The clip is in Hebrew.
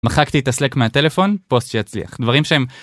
מחקתי את הסלק מהטלפון, פוסט שיצליח, דברים שהם